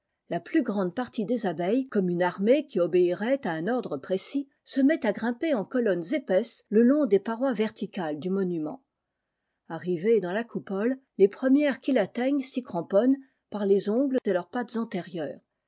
la plus grande partie des abeilles comme une armée qui obéirait à un ordre précis se met à grimper en colonnes épaisses le long des parois verticales du monument arrivées dans la coupole lès premières qui l'atteignent s'y cramponnent par les ongles de leurs pattes antérieures